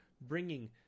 bringing